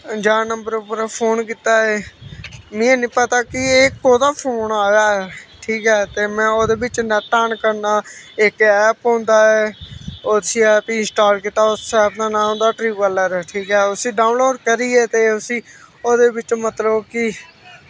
अनजान नम्बर उप्पर फोन कीता ऐ में हैनी पता कि एह् कोह्दा फोन आया ऐ ठीक ऐ ते में ओह्दे बिच्च नेट ऑन करना इक ऐप होंदा ऐ उस ऐप गी इंस्टॉल कीता उस ऐप दा नांऽ होंदा ट्रू कालर ठीक ऐ उसी डाउनलोड करियै ते उसी ओह्दे बिच्च मतलब कि